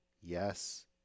yes